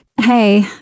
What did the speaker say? Hey